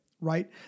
Right